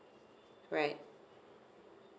right